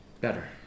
better